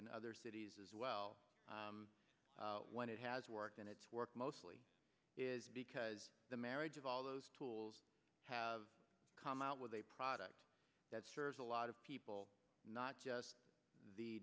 in other cities as well when it has worked and it's worked mostly is because the marriage of all those tools have come out with a product that serves a lot of people not just the